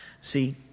See